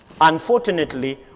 unfortunately